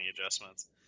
adjustments